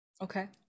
Okay